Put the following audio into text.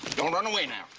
don't run away now.